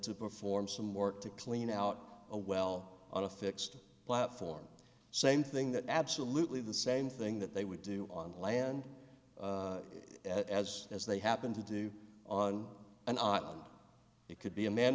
to perform some work to clean out a well on a fixed platform same thing that absolutely the same thing that they would do on land as as they happen to do on an island it could be a man